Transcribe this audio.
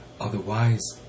Otherwise